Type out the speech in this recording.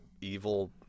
evil